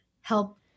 help